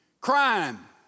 Crime